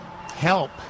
help